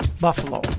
Buffalo